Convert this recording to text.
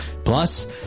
Plus